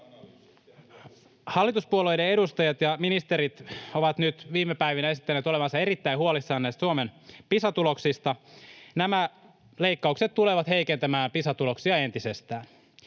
Hallituspuolueiden edustajat ja ministerit ovat nyt viime päivinä esittäneet olevansa erittäin huolissaan näistä Suomen Pisa-tuloksista. Nämä leikkaukset tulevat heikentämään Pisa-tuloksia entisestään.